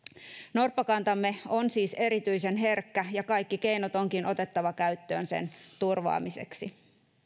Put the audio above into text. norppakantamme on siis erityisen herkkä ja kaikki keinot onkin otettava käyttöön sen turvaamiseksi